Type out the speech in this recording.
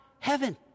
heaven